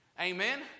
Amen